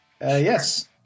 Yes